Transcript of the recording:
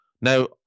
Now